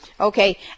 Okay